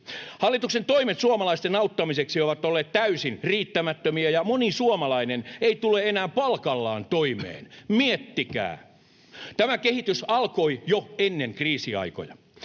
Hallituksen toimet suomalaisten auttamiseksi ovat olleet täysin riittämättömiä, ja moni suomalainen ei tule enää palkallaan toimeen. Miettikää! Tämä kehitys alkoi jo ennen kriisiaikoja.